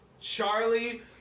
Charlie